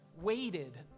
waited